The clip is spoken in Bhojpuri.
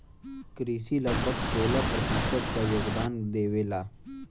कृषि लगभग सोलह प्रतिशत क योगदान देवेला